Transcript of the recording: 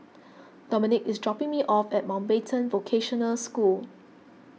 Dominic is dropping me off at Mountbatten Vocational School